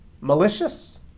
Malicious